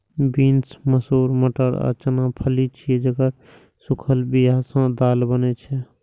beans, मसूर, मटर आ चना फली छियै, जेकर सूखल बिया सं दालि बनै छै